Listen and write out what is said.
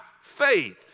faith